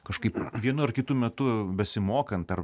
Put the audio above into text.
kažkaip vienu ar kitu metu besimokant ar